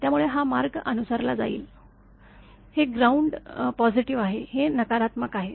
त्यामुळे हा मार्ग अनुसरला जाईल हे ग्राउंड पॉझिटिव्ह आहे हे नकारात्मक आहे